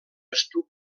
estuc